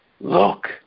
Look